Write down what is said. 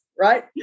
right